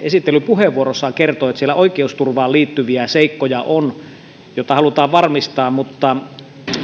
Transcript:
esittelypuheenvuorossaan kertoi että siellä on oikeusturvaan liittyviä seikkoja joita halutaan varmistaa mutta